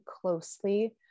closely